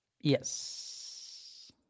Yes